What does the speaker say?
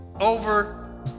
over